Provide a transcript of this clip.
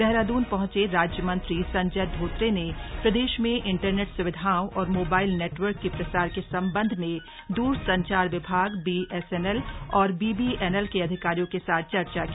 देहरादून पहुंचे राज्य मंत्री संजय धोत्रे ने प्रदेश में इंटरनेट स्विधाओं और मोबाइल नेटवर्क के प्रसार के संबंध में द्रसंचार विभाग बीएसएनएल और बीबीएनएल के अधिकारियों के साथ चर्चा की